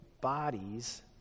bodies